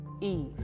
Eve